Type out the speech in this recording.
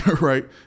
right